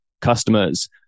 customers